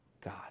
God